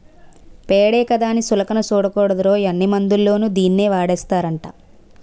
పేడే కదా అని సులకన సూడకూడదురోయ్, అన్ని మందుల్లోని దీన్నీ వాడేస్తారట